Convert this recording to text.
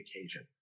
occasion